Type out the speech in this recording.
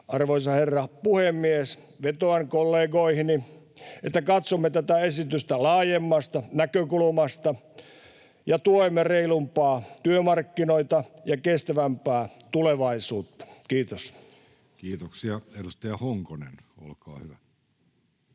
Arvoisa herra puhemies! Vetoan kollegoihini, että katsomme tätä esitystä laajemmasta näkökulmasta ja tuemme reilumpia työmarkkinoita ja kestävämpää tulevaisuutta. — Kiitos. [Speech 108] Speaker: